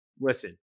listen